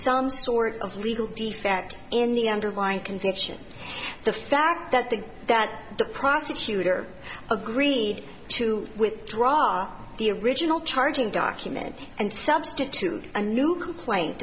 some sort of legal defect in the underlying conviction the fact that the that the prosecutor agreed to withdraw are the original charging document and substitute a new complaint